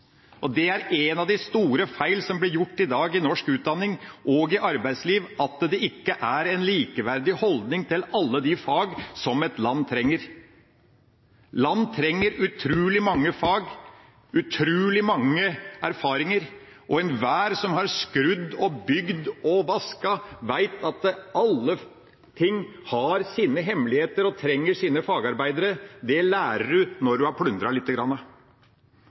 Det er en av de store feil som blir gjort i dag i norsk utdanning og arbeidsliv, at det ikke er en likeverdig holdning til alle de fag som et land trenger. Land trenger utrolig mange fag, utrolig mange erfaringer, og enhver som har skrudd og bygd og vasket, vet at alle ting har sine hemmeligheter, og trenger sine fagarbeidere. Det lærer du når du har plundret lite grann.